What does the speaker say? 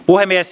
puhemies